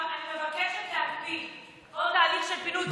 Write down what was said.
אני מבקשת להקפיא כל תהליך של פינוי,